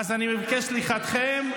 אני מבקש את סליחתכם.